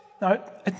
No